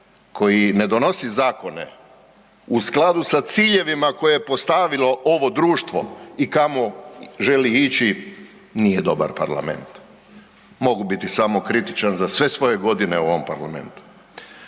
koji ne donosi zakone u skladu sa ciljevima koje je postavilo ovo društvo i kamo želi ići, nije dobar Parlament. Mogu biti samokritičan za sve svoje godine u ovom Parlamentu.